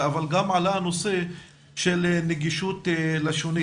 אבל גם עלה הנושא של נגישות לשונית.